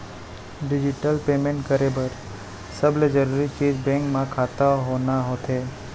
digital payment करे बर सबले जरूरी चीज बेंक म खाता होना होथे